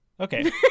Okay